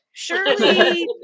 Surely